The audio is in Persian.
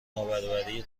نابرابری